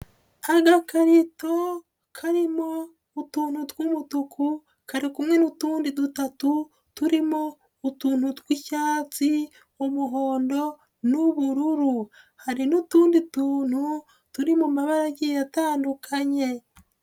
Agakarito karimo utuntu tw'umutuku kari kumwe n'utundi dutatu turimo utuntu tw'icyatsi, umuhondo n'ubururu, hari n'utundi tuntu turi mu mabara agiye atandukanye.